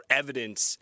evidence